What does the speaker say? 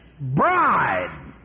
bride